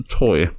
toy